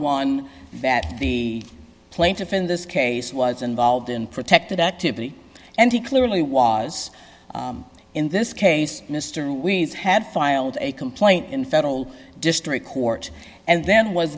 one that the plaintiff in this case was involved in protected activity and he clearly was in this case mr wiens had filed a complaint in federal district court and then was